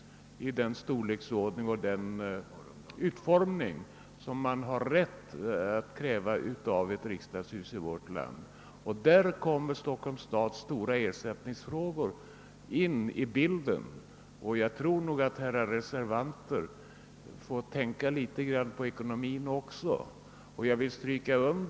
med den storlek och utformning som vi har rätt att kräva av ett riksdagshus i vårt land. Där kommer stora ersättningsfrågor in i sammanhanget, och jag tror nog att herrar reservanter får tänka litet grand på ekonomin också.